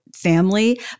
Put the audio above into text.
family